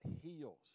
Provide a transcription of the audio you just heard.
heals